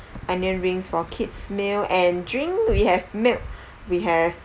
onion rings for kids meal and drink we have milk we have